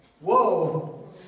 Whoa